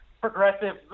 progressive